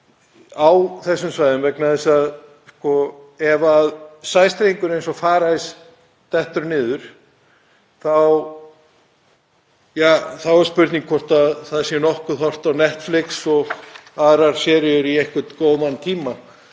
á þessum svæðum vegna þess að ef sæstrengur eins og Farice dettur niður, þá er spurning hvort það sé nokkuð horft á Netflix og aðrar seríur í nokkuð góðan tíma.